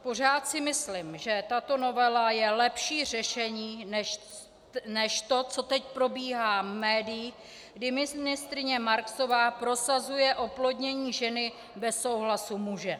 Pořád si myslím, že tato novela je lepší řešení než to, co teď probíhá médii, kdy ministryně Marksová prosazuje oplodnění ženy bez souhlasu muže.